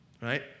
right